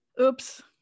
Oops